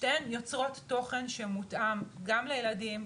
שתיהן יוצרות תוכן שמותאם גם לילדים,